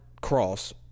Cross